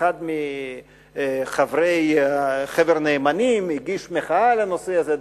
כשאחד מחברי חבר הנאמנים הגיש מחאה על הנושא הזה,